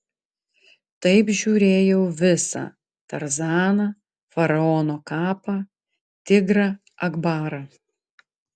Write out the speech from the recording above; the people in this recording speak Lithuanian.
taip žiūrėjau visą tarzaną faraono kapą tigrą akbarą